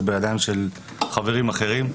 זה בידיים של חברים אחרים.